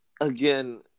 again